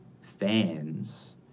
fans